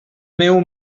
meu